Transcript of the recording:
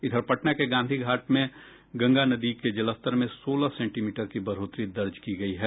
इधर पटना के गांधी घांट में गंगा नदी के जलस्तर में सोलह सेंटीमीटर की बढोतरी दर्ज की गयी है